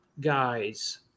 guys